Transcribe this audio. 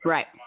Right